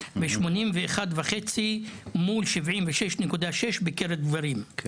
נשים ערביות ו-81.5 אצל גברים יהודים מול 76.6 בקרב גברים ערבים.